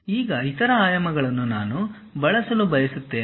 ಈಗ ಇತರ ಆಯಾಮಗಳನ್ನು ನಾನು ಬಳಸಲು ಬಯಸುತ್ತೇನೆ